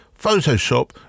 Photoshop